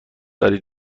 دارید